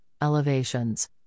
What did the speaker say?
elevations